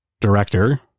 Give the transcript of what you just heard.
Director